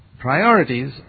Priorities